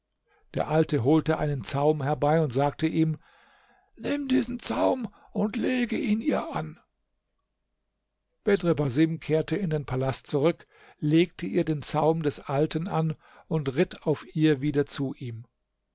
der alte holte einen zaum herbei und sagte ihm nimm diesen zaum und lege ihn ihr an bedr basim kehrte in den palast zurück legte ihr den zaum des alten an und ritt auf ihr wieder zu ihm